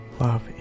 Love